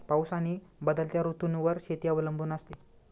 पाऊस आणि बदलत्या ऋतूंवर शेती अवलंबून असते